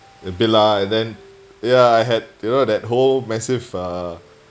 bella and then ya I had you know that whole massive uh